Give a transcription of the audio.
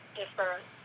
different